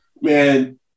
man